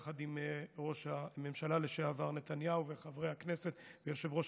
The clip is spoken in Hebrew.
יחד עם ראש הממשלה לשעבר נתניהו וחברי הכנסת ויושב-ראש